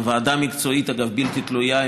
ועדה מקצועית בלתי תלויה,